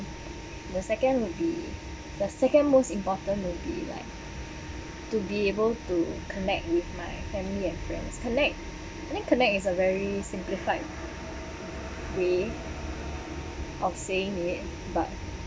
the second would be the second most important would be like to be able to connect with my family and friends connect I think connect is a very simplified way of saying it but